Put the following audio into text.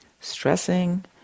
stressing